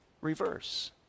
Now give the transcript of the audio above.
reverse